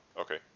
Okay